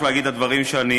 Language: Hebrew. יש שני שרים.